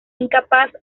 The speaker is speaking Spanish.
incapaz